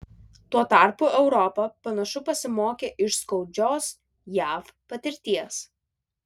tuo tarpu europa panašu pasimokė iš skaudžios jav patirties